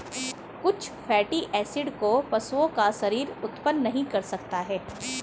कुछ fatty acid को पशुओं का शरीर उत्पन्न नहीं कर सकता है